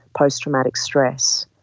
post-traumatic stress,